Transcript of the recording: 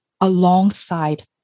alongside